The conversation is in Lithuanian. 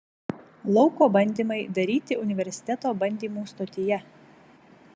lauko bandymai daryti universiteto bandymų stotyje